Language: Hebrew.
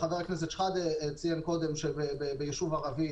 חבר הכנסת שחאדה ציין קודם שביישוב ערבי